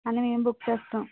అన్నీ మేమే బుక్ చేస్తాం